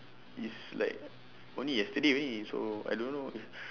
is like only yesterday only so I don't know